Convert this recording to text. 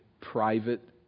private